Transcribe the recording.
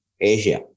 Asia